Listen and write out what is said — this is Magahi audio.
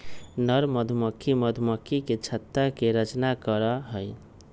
नर मधुमक्खी मधुमक्खी के छत्ता के रचना करा हई